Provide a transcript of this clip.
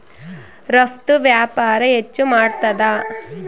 ರಫ್ತು ವ್ಯಾಪಾರ ಹೆಚ್ಚು ಮಾಡ್ತಾದ